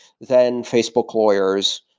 then facebook lawyers,